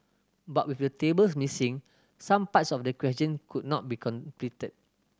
but with the tables missing some parts of the question could not be completed